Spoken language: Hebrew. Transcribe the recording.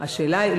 השאלה היא,